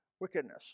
wickedness